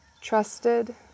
trusted